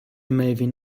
melvin